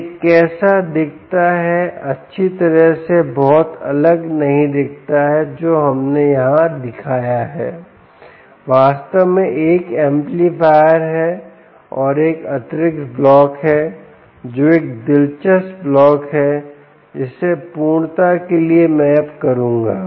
यह कैसा दिखता है अच्छी तरह से बहुत अलग नहीं दिखता है जो हमने यहां दिखाया है वास्तव में एक एम्पलीफायर है और एक अतिरिक्त ब्लॉक है जो एक दिलचस्प ब्लॉक है जिसे पूर्णता के लिए मैं अब करूंगा